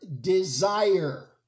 desire